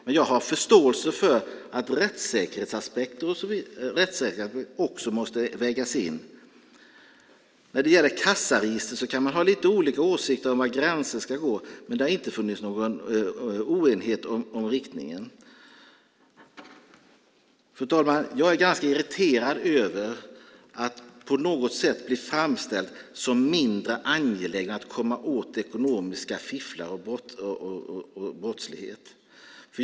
Men jag har förståelse för att rättssäkerhetsaspekter och så vidare också måste vägas in. När det gäller kassaregister kan man ha lite olika åsikt om var gränsen ska gå, men det har inte funnits någon oenighet om riktningen. Fru talman! Jag är ganska irriterad över att på något sätt bli framställd som mindre angelägen att komma åt ekonomiska fifflare och brottslighet.